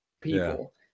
People